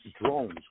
drones